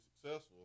successful